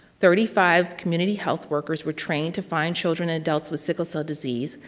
thirty five community health workers were trained to find children and adults with sickle cell disease,